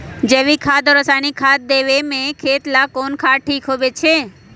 जैविक खाद और रासायनिक खाद में खेत ला कौन खाद ठीक होवैछे?